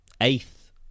eighth